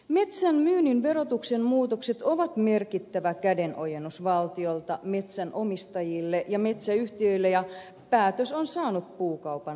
metsän myynnin verotuksen muutokset ovat merkittävä kädenojennus valtiolta metsänomistajille ja metsäyhtiöille ja päätös on saanut puukaupan liikkeelle